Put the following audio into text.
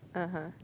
(uh huh)